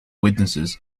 witnesses